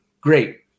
great